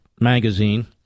magazine